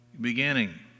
beginning